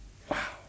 !wow!